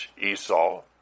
Esau